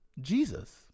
Jesus